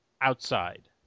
outside